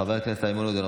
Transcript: חבר הכנסת איימן עודה,